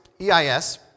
E-I-S